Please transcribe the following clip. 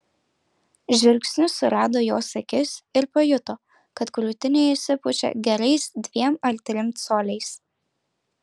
žvilgsniu surado jos akis ir pajuto kad krūtinė išsipučia gerais dviem ar trim coliais